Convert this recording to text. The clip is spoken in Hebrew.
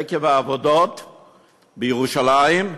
עקב העבודות בירושלים,